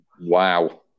Wow